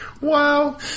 Wow